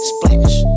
Splash